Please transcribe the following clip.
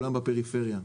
וכולם בפריפריה.